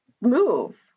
move